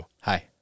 Hi